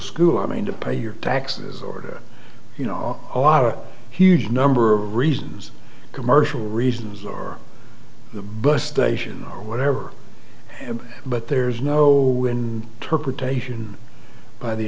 school i mean to pay your taxes or to you know a lot of huge number of reasons commercial reasons or the bus station or whatever but there's no